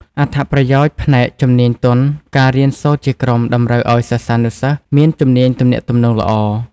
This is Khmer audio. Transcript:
អត្ថប្រយោជន៍ផ្នែកជំនាញទន់ការរៀនសូត្រជាក្រុមតម្រូវឲ្យសិស្សានុសិស្សមាន ជំនាញទំនាក់ទំនង ល្អ។